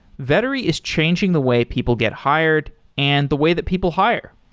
vettery is changing the way people get hired and the way that people hire.